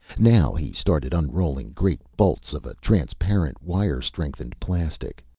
now he started unrolling great bolts of a transparent, wire-strengthened plastic.